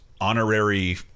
honorary